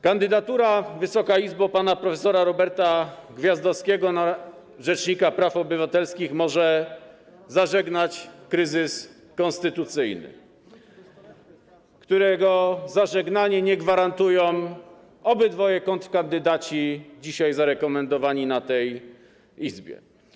Kandydatura pana prof. Roberta Gwiazdowskiego na rzecznika praw obywatelskich może zażegnać kryzys konstytucyjny, którego zażegnania nie gwarantują obydwoje kontrkandydaci dzisiaj zarekomendowani w tej Izbie.